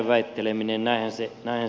näinhän se on